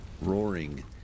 roaring